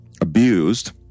abused